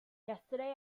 yesterday